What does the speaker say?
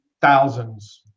thousands